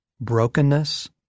Brokenness